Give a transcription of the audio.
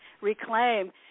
reclaim